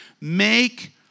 Make